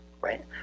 right